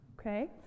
okay